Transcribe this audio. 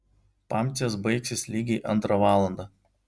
pamcės baigsis lygiai antrą valandą